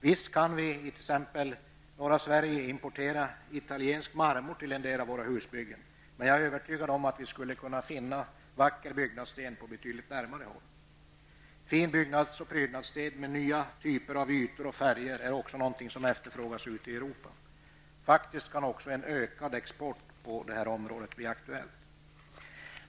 Visst kan vi t.ex. till norra Sverige importera italiensk marmor till en del av våra husbyggen. Men jag är övertygad om att vi skulle kunna finna vacker byggnadssten på betydligt närmare håll. Fin byggnads och prydnadssten med nya typer av ytor och färger är också efterfrågade ute i Europa. Även ökad export kan faktiskt bli aktuell.